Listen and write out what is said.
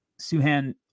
Suhan